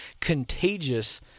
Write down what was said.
contagious